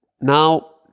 Now